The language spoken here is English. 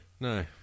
No